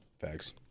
Facts